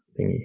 thingy